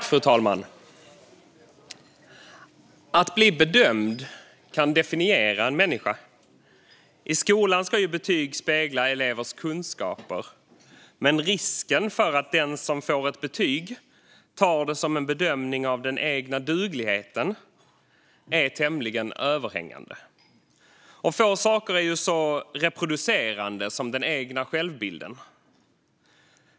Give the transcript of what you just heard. Fru talman! Att bli bedömd kan definiera en människa. I skolan ska betyg spegla elevers kunskaper, men risken för att den som får ett betyg tar det som en bedömning av den egna dugligheten är tämligen överhängande. Få saker är så reproducerande som den egna självbilden.